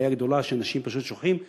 בעיה גדולה שאנשים פשוט שוכחים.